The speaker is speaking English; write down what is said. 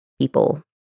people